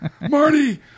Marty